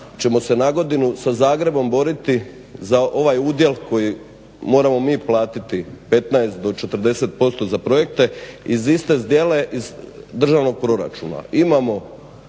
ćemo se nagodinu sa Zagrebom boriti za ovaj udjel koji moramo mi platiti 15 do 40% za projekte iz iste zdjele, iz državnog proračuna.